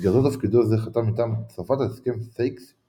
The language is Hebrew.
במסגרת תפקידו זה חתם מטעם צרפת על הסכם סייקס–פיקו.